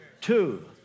Two